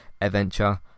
adventure